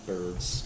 Birds